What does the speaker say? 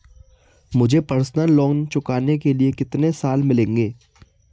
मुझे personal loan चुकाने के लिए कितने साल मिलेंगे?